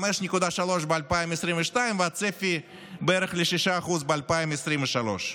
5.3% ב-2022 והצפי בערך ל-6% ב-2023.